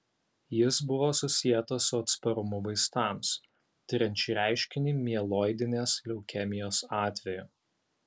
jis buvo susietas su atsparumu vaistams tiriant šį reiškinį mieloidinės leukemijos atveju